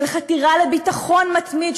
של חתירה לביטחון מתמיד,